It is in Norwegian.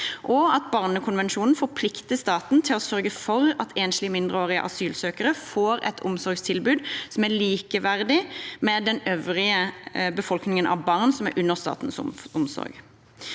og at barnekonvensjonen forplikter staten til å sørge for at enslige mindreårige asylsøkere får et omsorgstilbud som er likeverdig med den øvrige befolkningen av barn som er under statens omsorg.